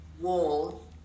wall